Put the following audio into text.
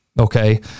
okay